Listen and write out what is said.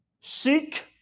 seek